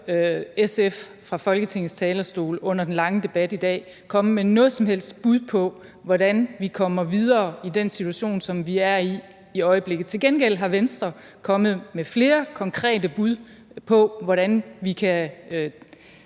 SF fra Folketingets talerstol under den lange debat i dag komme med noget som helst bud på, hvordan vi kommer videre i den situation, som vi er i i øjeblikket. Til gengæld er Venstre kommet med flere konkrete bud på, hvordan vi kan